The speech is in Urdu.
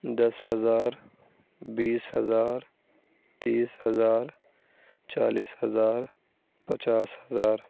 دس ہزار بیس ہزار تیس ہزار چالیس ہزار پچاس ہزار